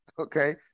Okay